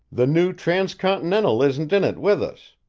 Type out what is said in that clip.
the new trans-continental isn't in it with us!